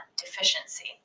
deficiency